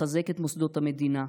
לחזק את מוסדות המדינה,